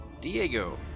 Diego